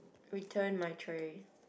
return my trolley